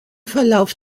verlauf